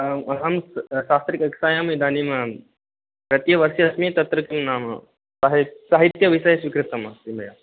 अहं शास्त्री कक्षायाम् इदानीं प्रतिवर्षे अस्मि तत्र तु नाम साहित्यविषयः स्वीकृतम् अस्ति मया